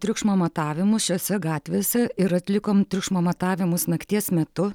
triukšmo matavimus šiose gatvėse ir atlikom triukšmo matavimus nakties metu